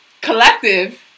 collective